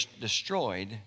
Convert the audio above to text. destroyed